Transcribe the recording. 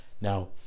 Now